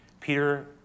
Peter